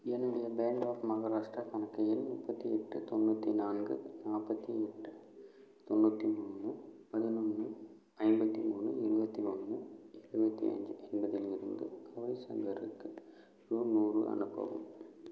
என்னுடைய bank of Maharashtra கணக்கு எண் முப்பத்து எட்டு தொண்ணூற்றி நான்கு நாற்பத்தி எட்டு தொண்ணூற்றி மூணு பதினொன்று ஐம்பத்தி மூணு இருபத்தி ஒன்று எழுவத்தி அஞ்சு என்பதிலிருந்து கௌரி சங்கருக்கு ரு நூறு அனுப்பவும்